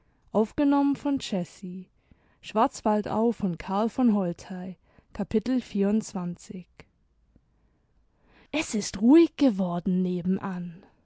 capitel es ist ruhig geworden nebenan